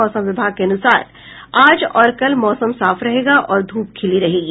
मौसम विभाग के अनुसार आज और कल मौसम साफ रहेगा और ध्रप खिली रहेगी